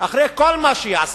אחרי כל מה שהיא עשתה?